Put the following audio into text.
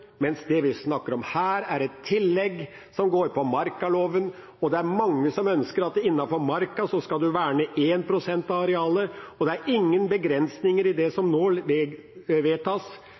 vi snakker om nå, er et tillegg som går på markaloven. Det er mange som ønsker at man innenfor marka skal verne 1 pst. av arealet. Det er ingen begrensninger i det som nå vedtas,